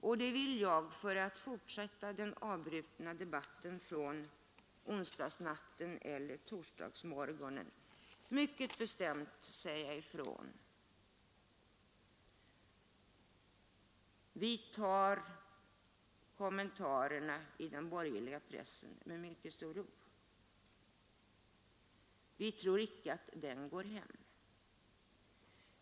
Och det vill jag — för att fortsätta den avbrutna debatten från onsdagsnatten eller torsdagsmorgo nen — mycket bestämt säga ifrån: Vi tar kommentarerna i den borgerliga pressen med mycket stor ro. Vi tror icke att de går hem.